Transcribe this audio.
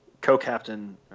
Co-captain